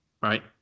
right